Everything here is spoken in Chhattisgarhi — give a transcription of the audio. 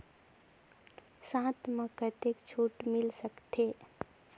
साथ म कतेक छूट मिल सकथे?